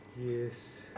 Yes